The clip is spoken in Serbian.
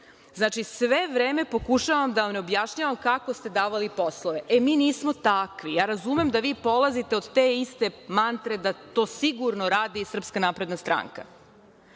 sve vreme pokušavam da vam ne objašnjavam kako ste davali poslove. E, mi nismo takvi. Ja razumem da vi polazite od te iste mantre da to sigurno radi i SNS, ali to nije